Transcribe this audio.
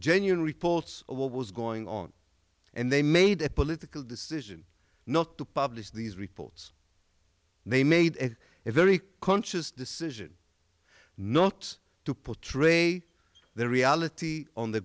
genuine reports of what was going on and they made a political decision not to publish these reports they made a very conscious decision not to portray the reality on the